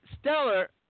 stellar